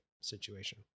situation